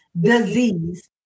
disease